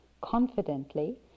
confidently